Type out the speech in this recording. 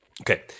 Okay